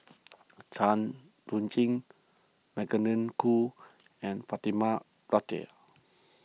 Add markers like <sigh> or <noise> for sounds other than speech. <noise> Tan Chuan Jin Magdalene Khoo and Fatimah Lateef <noise>